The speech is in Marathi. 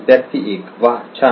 विद्यार्थी 1 वाह छान